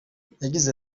yagize